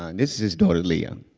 and this is his daughter, lia.